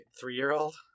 three-year-old